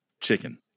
Chicken